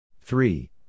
three